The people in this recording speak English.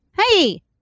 hey